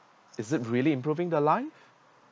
is it really improving the life